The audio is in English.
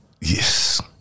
Yes